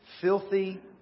filthy